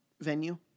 venue